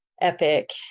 epic